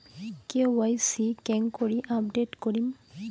KYC কেঙ্গকরি update করিম?